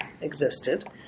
existed